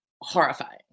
horrifying